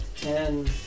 Ten